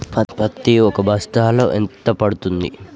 పత్తి ఒక బస్తాలో ఎంత పడ్తుంది?